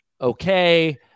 okay